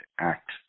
act